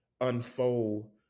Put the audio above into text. unfold